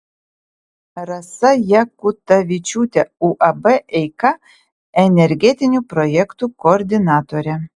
rasa jakutavičiūtė uab eika energetinių projektų koordinatorė